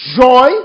joy